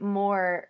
more